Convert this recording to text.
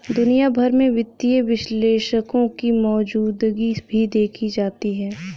दुनिया भर में वित्तीय विश्लेषकों की मौजूदगी भी देखी जाती है